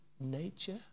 nature